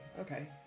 okay